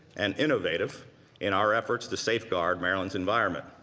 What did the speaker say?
and innovative in our efforts to safeguard maryland's environment.